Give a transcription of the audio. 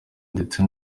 ndetse